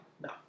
No